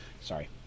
Sorry